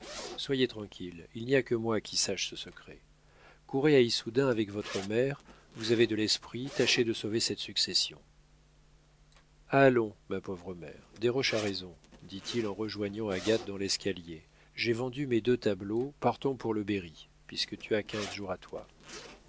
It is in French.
soyez tranquille il n'y a que moi qui sache ce secret courez à issoudun avec votre mère vous avez de l'esprit tâchez de sauver cette succession allons ma pauvre mère desroches a raison dit-il en rejoignant agathe dans l'escalier j'ai vendu mes deux tableaux partons pour le berry puisque tu as quinze jours à toi